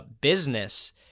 business